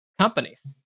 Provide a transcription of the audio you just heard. companies